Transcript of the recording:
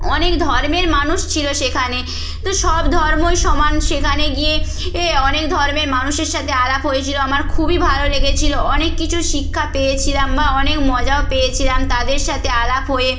অনেক ধর্মের মানুষ ছিল সেখানে তো সব ধর্মই সমান সেখানে গিয়ে এ অনেক ধর্মের মানুষের সাথে আলাপ হয়েছিল আমার খুবই ভালো লেগেছিল অনেক কিছু শিক্ষা পেয়েছিলাম বা অনেক মজাও পেয়েছিলাম তাদের সাথে আলাপ হয়ে